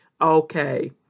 Okay